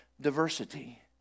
diversity